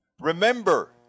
Remember